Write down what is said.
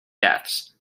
deaths